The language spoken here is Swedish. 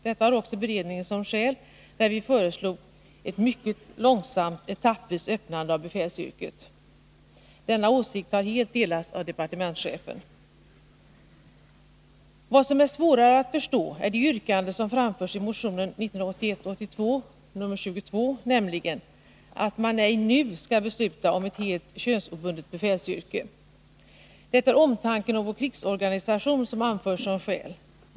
Detta hade också beredningen som skäl när vi föreslog ett mycket långsamt, etappvis öppnande av befälsyrket. Denna åsikt har helt delats av departementschefen. Vad som är svårare att förstå är det yrkande som framförts i motion 1981/82:22, nämligen att man ej nu skall besluta om ett helt könsobundet befälsyrke. Det är omtanken om vår krigsorganisation som anförs som skäl.